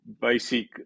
basic